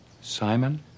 Simon